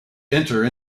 enter